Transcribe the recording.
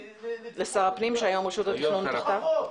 -- לשר הפנים שהיום רשות התכנון תחתיו?